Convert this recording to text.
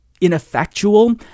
ineffectual